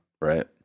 right